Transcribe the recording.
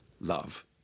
love